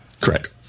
Correct